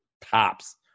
tops